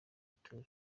arthur